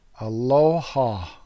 aloha